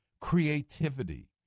creativity